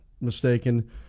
mistaken